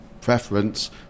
preference